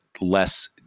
less